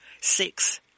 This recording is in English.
Six